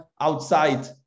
outside